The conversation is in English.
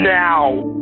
now